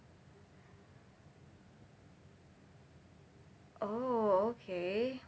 oh okay